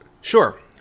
Sure